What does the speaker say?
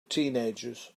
teenagers